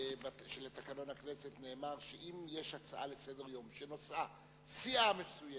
לתקנון הכנסת נאמר שאם יש הצעה לסדר-היום שנושאה סיעה מסוימת,